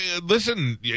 listen